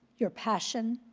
your passion,